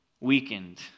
weakened